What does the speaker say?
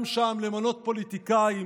גם שם, למנות פוליטיקאים